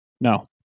No